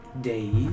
days